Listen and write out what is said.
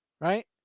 right